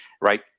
right